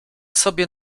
sobie